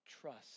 trust